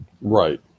Right